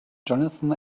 johnathan